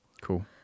Cool